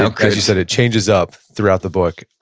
so because you said it changes up throughout the book.